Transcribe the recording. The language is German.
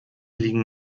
liegen